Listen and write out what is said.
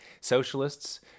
socialists